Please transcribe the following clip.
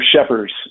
Shepherds